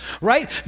right